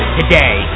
today